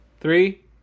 Three